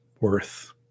worth